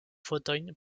fotojn